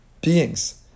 beings